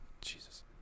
Jesus